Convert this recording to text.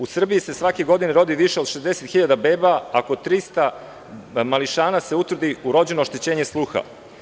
U Srbiji se svake godine rodi više od 60.000 beba, a kod 300 mališana se utvrdi urođeno oštećenje sluha.